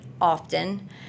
often